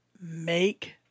make